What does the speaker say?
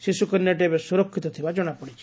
ଶିଶୁକନ୍ୟାଟି ଏବେ ସୁରକ୍ଷିତ ଥିବା ଜଣାପଡ଼ିଛି